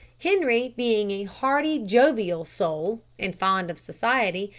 henri, being a hearty, jovial soul and fond of society,